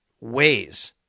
ways